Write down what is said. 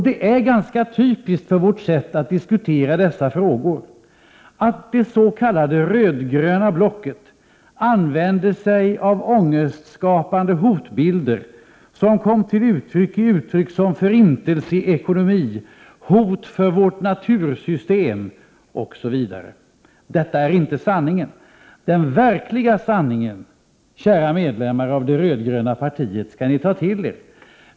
Det är ganska typiskt för vårt sätt att diskutera dessa frågor att det s.k. röd-gröna blocket använder sig av ångestskapande hotbilder som kommer fram i uttryck som förintelseekonomi, hot mot vårt natursystem, osv. Detta är inte sanningen. Den verkliga sanningen, kära medlemmar av det röd-gröna partiet, skall ni ta till er.